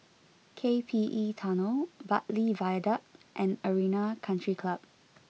K P E Tunnel Bartley Viaduct and Arena Country Club